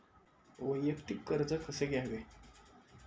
वैयक्तिक कर्ज कसे घ्यावे?